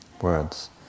words